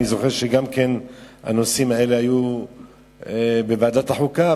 אני זוכר שהנושאים האלה היו בוועדת החוקה.